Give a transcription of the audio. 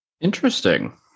Interesting